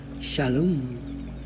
Shalom